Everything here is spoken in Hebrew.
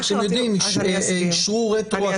אני אסביר.